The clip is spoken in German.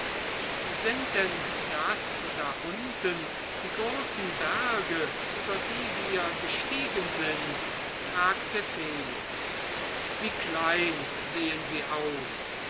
sind denn das da unten die großen berge über die wir gestiegen sind fragte felix wie klein sehen sie aus